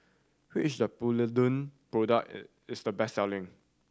which Polident product is the best selling